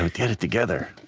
ah get it together.